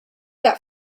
that